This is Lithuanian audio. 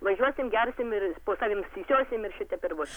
važiuosim gersim ir po tavim sisiosim ir šitaip ir bus